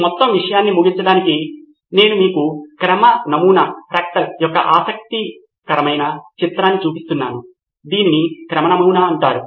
ఈ మొత్తం విషయాన్ని ముగించడానికి నేను మీకు క్రమ నమూనా యొక్క ఆసక్తికరమైన చిత్రాన్ని చూపిస్తున్నాను దీనిని క్రమ నమూనా అంటారు